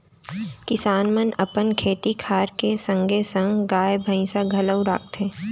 किसान मन अपन खेती खार के संगे संग गाय, भईंस घलौ राखथें